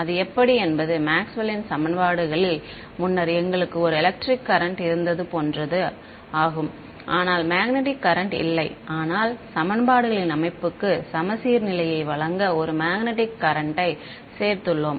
அது எப்படி என்பது மேக்ஸ்வெல்லின் சமன்பாடுகளில் Maxwell's equations முன்னர் எங்களுக்கு ஒரு எலக்ட்ரிக் கரண்ட் இருந்தது போன்றது ஆனால் மேக்னெட்டிக் கரண்ட் இல்லை ஆனால் சமன்பாடுகளின் அமைப்புக்கு சமச்சீர்நிலையை வழங்க ஒரு மேக்னெட்டிக் கரண்ட் யை சேர்த்துள்ளோம்